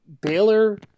Baylor